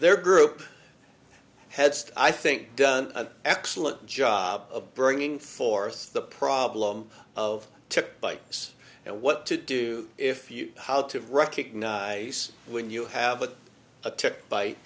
their group has i think done an excellent job of bringing forth the problem of tip bikes and what to do if you how to recognize when you have a tick bite